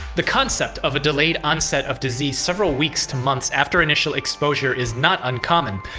the concept of a delayed onset of disease several weeks to months after initial exposure is not uncommon.